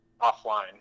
offline